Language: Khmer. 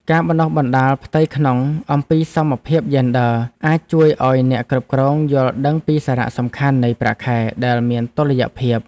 ការបណ្តុះបណ្តាលផ្ទៃក្នុងអំពីសមភាពយេនឌ័រអាចជួយឱ្យអ្នកគ្រប់គ្រងយល់ដឹងពីសារៈសំខាន់នៃប្រាក់ខែដែលមានតុល្យភាព។